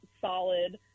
solid